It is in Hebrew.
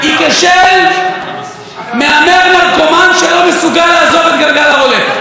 היא כשל מהמר נרקומן שלא מסוגל לעזוב את גלגל הרולטה.